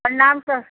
प्रणाम सर